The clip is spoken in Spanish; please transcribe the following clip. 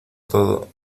todo